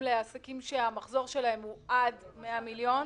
לעסקים שהמחזור שלהם הוא עד 100 מיליון.